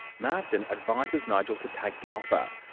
marsden advises nigel to take the offer.